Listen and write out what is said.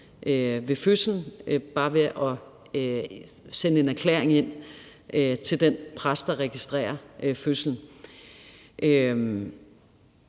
ved fødslen bare ved at sende en erklæring ind til den præst, der registrerer fødslen.